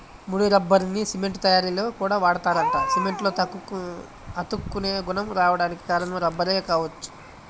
ముడి రబ్బర్ని సిమెంట్ తయ్యారీలో కూడా వాడతారంట, సిమెంట్లో అతుక్కునే గుణం రాడానికి కారణం రబ్బరే గావచ్చు